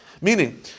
Meaning